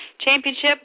championship